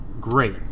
great